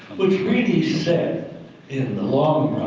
which really said in the long